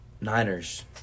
Niners